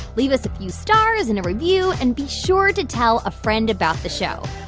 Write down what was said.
leave us a few stars in a review and be sure to tell a friend about the show.